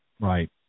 Right